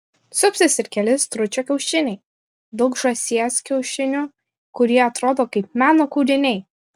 supsis ir keli stručio kiaušiniai daug žąsies kiaušinių kurie atrodo kaip meno kūriniai